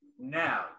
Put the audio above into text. Now